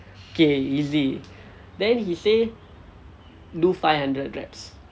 K easy then he say do five hundred reps